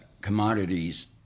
commodities